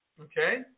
okay